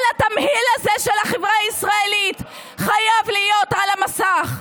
כל התמהיל הזה של החברה הישראלית חייב להיות על המסך,